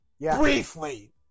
briefly